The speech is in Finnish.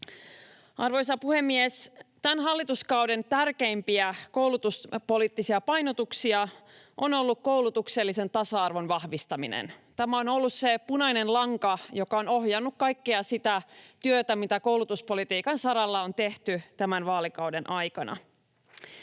Arvoisa puhemies! Tämän hallituskauden tärkeimpiä koulutuspoliittisia painotuksia on ollut koulutuksellisen tasa-arvon vahvistaminen. Tämä on ollut se punainen lanka, joka on ohjannut kaikkea sitä työtä, mitä koulutuspolitiikan saralla on tehty tämän vaalikauden aikana.